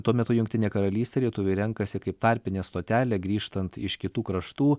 tuo metu jungtinę karalystę lietuviai renkasi kaip tarpinę stotelę grįžtant iš kitų kraštų